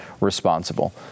responsible